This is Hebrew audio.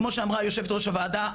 כמו שאמרה יושבת ראש הוועדה,